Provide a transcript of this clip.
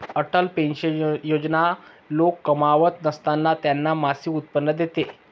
Atal pension Yojana लोक कमावत नसताना त्यांना मासिक उत्पन्न देते